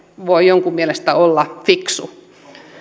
voi jonkun mielestä olla fiksu